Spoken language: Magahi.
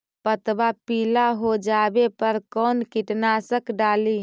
पतबा पिला हो जाबे पर कौन कीटनाशक डाली?